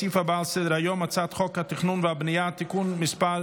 הסעיף הבא על סדר-היום הוא הצעת חוק התכנון והבנייה (תיקון מס'